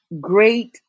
great